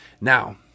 Now